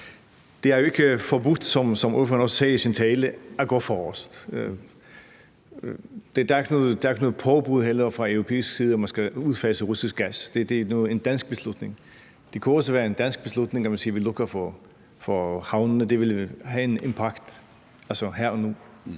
som hr. Jakob Ellemann-Jensen også sagde i sin tale, at gå forrest. Der er heller ikke noget påbud fra europæisk side om, at man skal udfase russisk gas; det er en dansk beslutning. Det kunne også være en dansk beslutning at sige, at vi lukker for havnene. Altså, det ville have impact her og nu,